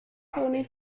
toni